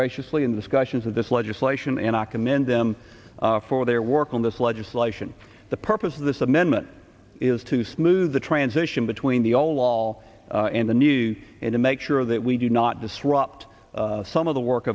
graciously in discussions of this legislation and i commend them for their work on this legislation the purpose of this amendment is to smooth the transition between the all wall and the new and to make sure that we do not disrupt some of the work